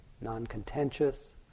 non-contentious